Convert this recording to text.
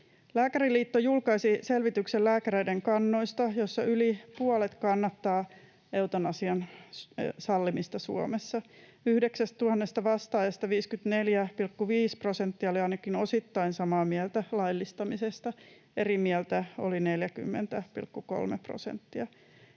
Lääkäriliitto julkaisi selvityksen lääkäreiden kannoista, ja siinä yli puolet kannattaa eutanasian sallimista Suomessa. 9 000:sta vastaajasta 54,5 prosenttia oli ainakin osittain samaa mieltä laillistamisesta. Eri mieltä oli 40,3 prosenttia.